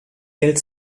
geld